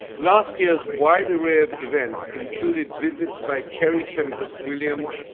last year's wide array of events, including visits by terry tempest williams,